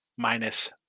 Minus